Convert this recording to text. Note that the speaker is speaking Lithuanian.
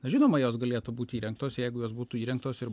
žinoma jos galėtų būt įrengtos jeigu jos būtų įrengtos ir